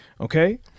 okay